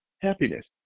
Happiness